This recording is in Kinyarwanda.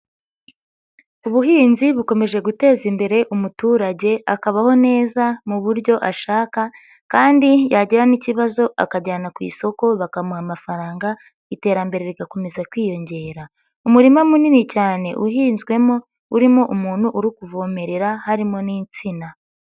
Ubuhinzi bukomeje guteza imbere umuturage akabaho neza mu buryo ashaka kandi yagira n'ikibazo akajyana ku isoko bakamuha amafaranga iterambere rigakomeza kwiyongera. Umurima munini cyane uhinzwemo urimo umuntu uri kuvomerera harimo n'insina.